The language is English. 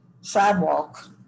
sidewalk